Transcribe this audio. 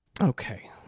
Okay